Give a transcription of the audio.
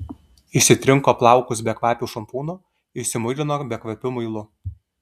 išsitrinko plaukus bekvapiu šampūnu išsimuilino bekvapiu muilu